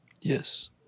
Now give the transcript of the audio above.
Yes